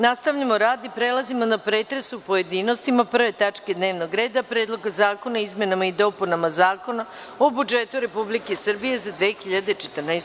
Nastavljam rad i prelazimo na pretres u pojedinostima 1. tačke dnevnog reda – PREDLOGA ZAKONA O IZMENAMA I DOPUNAMA ZAKONA O BUDžETU REPUBLIKE SRBIJE ZA 2014.